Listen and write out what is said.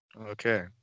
Okay